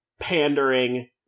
pandering